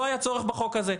לא היה צורך בחוק הזה.